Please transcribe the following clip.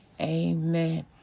Amen